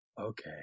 okay